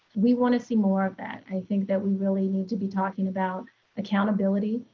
we wanna see more of that. i think that we really need to be talking about accountability,